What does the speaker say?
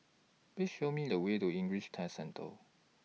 Please Show Me The Way to English Test Centre